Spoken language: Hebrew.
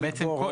בעצם פה,